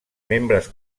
membres